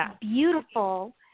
beautiful